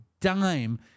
dime